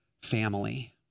family